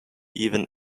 even